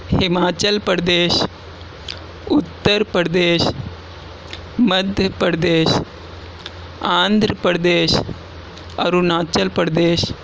Himachal Pradesh Uttar Pradesh Madhya Pradesh Andhra Pradesh Arunachal Pradesh